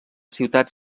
ciutat